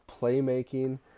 playmaking